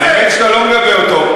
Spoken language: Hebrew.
האמת, אתה לא מגבה אותו.